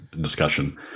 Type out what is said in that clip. discussion